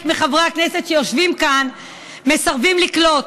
מחברי הכנסת שיושבים כאן מסרבים לקלוט.